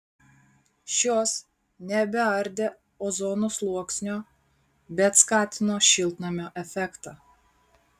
šios nebeardė ozono sluoksnio bet skatino šiltnamio efektą